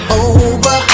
over